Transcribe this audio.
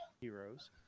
heroes